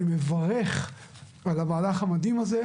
אני מברך על המהלך המדהים הזה,